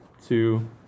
two